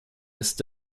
ist